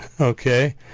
okay